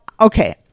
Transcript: okay